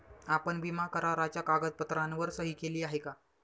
आपण विमा कराराच्या कागदपत्रांवर सही केली आहे का?